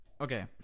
Okay